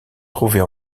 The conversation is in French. trouvait